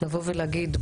לבוא ולהגיד,